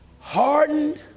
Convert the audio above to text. hardened